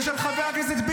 חברת הכנסת גוטליב,